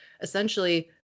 essentially